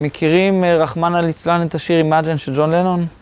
מכירים, רחמנה ליצלן, את השיר אימג׳ן של ג'ון לנון?